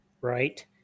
right